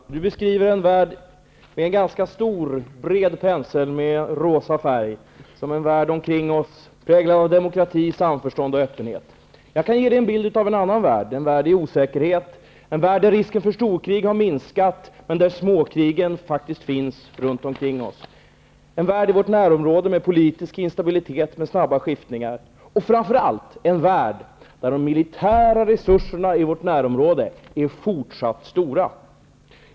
Herr talman! Jag tackar Martin Nilsson för hans anförande. Han beskriver världen med en ganska stor och bred pensel med rosa färg, en värld präglad av demokrati, samförstånd och öppenhet. Jag kan ge en bild av en annan värld, en värld av osäkerhet, där risken för storkrig har minskat, men där småkrigen faktiskt finns runt omkring oss. I vårt närområde finns politisk instabilitet med snabba skiftningar. Det är framför allt en värld där de militära resurserna i vårt närområde är fortsatt stora.